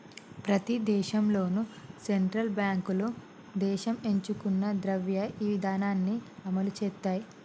ప్రతి దేశంలోనూ సెంట్రల్ బ్యాంకులు దేశం ఎంచుకున్న ద్రవ్య ఇధానాన్ని అమలు చేత్తయ్